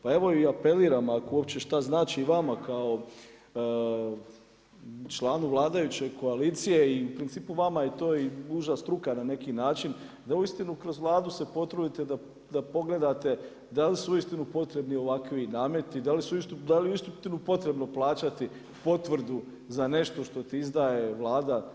Pa evo i apeliram ako uopće šta znači i vama kao članu vladajuće koalicije i u principu vama je to i uža struka na neki način, da uistinu kroz Vladu se potrudite, da pogledate da li su uistinu potrebni ovakvi nameti, da li je uistinu potrebno plaćati potvrdu za nešto što ti izdaje Vlada.